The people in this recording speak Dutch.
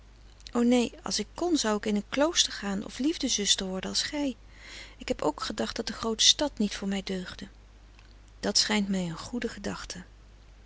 neen als ik kon zou ik in een klooster gaan frederik van eeden van de koele meren des doods of liefde zuster worden als gij ik heb ook gedacht dat de groote stad niet voor mij deugde dat schijnt mij een goede gedachte